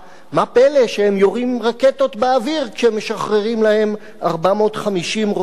מה פלא שהם יורים רקטות באוויר כשמשחררים להם 450 רוצחים.